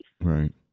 Right